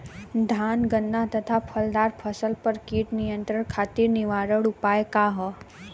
धान गन्ना तथा फलदार फसल पर कीट नियंत्रण खातीर निवारण उपाय का ह?